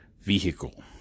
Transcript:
vehicle